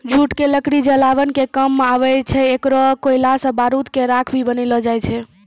jute के लकड़ी जलावन के काम मॅ आवै छै, एकरो कोयला सॅ बारूद के राख भी बनैलो जाय छै